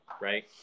right